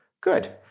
good